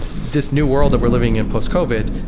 this new world that we're living in post-covid,